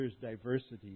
diversity